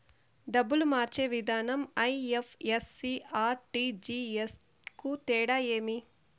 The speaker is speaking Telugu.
డబ్బులు మార్చే విధానం ఐ.ఎఫ్.ఎస్.సి, ఆర్.టి.జి.ఎస్ కు తేడా ఏమి?